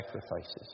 sacrifices